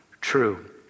true